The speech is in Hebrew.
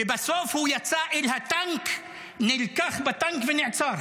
ובסוף הוא יצא אל הטנק, נלקח בטנק ונעצר.